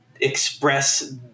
express